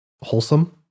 wholesome